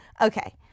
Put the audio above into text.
Okay